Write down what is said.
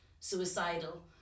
suicidal